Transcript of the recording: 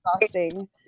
exhausting